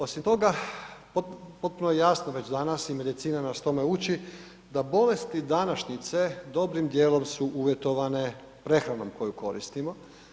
Osim toga, potpuno je jasno već danas i medicina nas tome uči da bolesti današnjice dobrim dijelom su uvjetovane prehranom koju koristimo.